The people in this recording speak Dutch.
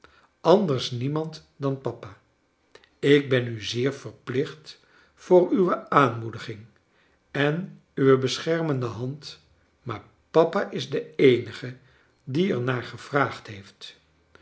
anders niemand dan papa ik ben u zeer verplicht voor uwe aanmoediging en uwe beschermende hand maar papa is de eenige die er naar gevraagd heeft